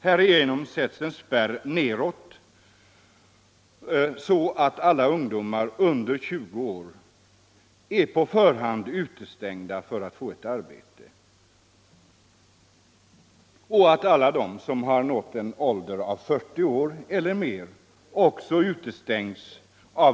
Härigenom sätts en spärr neråt så att alla ungdomar under 20 år är på förhand utestängda från att få ett arbete, och en spärr uppåt så att de som har nått en ålder av 40 år eller mer utestängs.